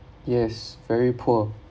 yes very poor